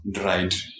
right